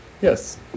yes